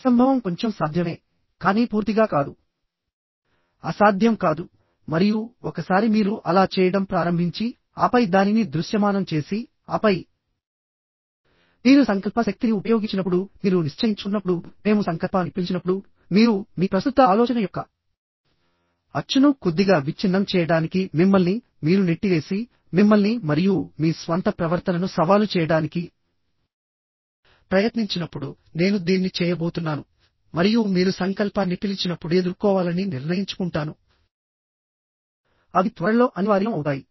అసంభవం కొంచెం సాధ్యమే కానీ పూర్తిగా కాదు అసాధ్యం కాదు మరియు ఒకసారి మీరు అలా చేయడం ప్రారంభించి ఆపై దానిని దృశ్యమానం చేసిఆపై మీరు సంకల్ప శక్తిని ఉపయోగించినప్పుడు మీరు నిశ్చయించుకున్నప్పుడు మేము సంకల్పాన్ని పిలిచినప్పుడుమీరు మీ ప్రస్తుత ఆలోచన యొక్క అచ్చును కొద్దిగా విచ్ఛిన్నం చేయడానికి మిమ్మల్ని మీరు నెట్టివేసి మిమ్మల్ని మరియు మీ స్వంత ప్రవర్తనను సవాలు చేయడానికి ప్రయత్నించినప్పుడు నేను దీన్ని చేయబోతున్నాను మరియు మీరు సంకల్పాన్ని పిలిచినప్పుడు ఎదుర్కోవాలని నిర్ణయించుకుంటానుఅవి త్వరలో అనివార్యం అవుతాయి